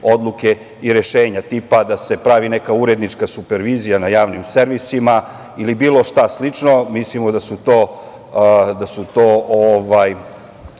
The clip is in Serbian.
i rešenja, tipa, da se pravi neka urednička supervizija na javnim servisima ili bilo šta slično. Mislimo da su to